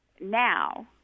now